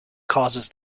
causes